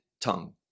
tongue